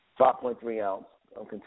5.3-ounce